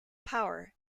power